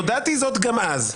ודעתי זאת גם אז.